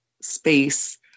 space